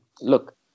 Look